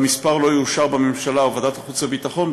והמספר לא יאושר בממשלה ובוועדת החוץ והביטחון,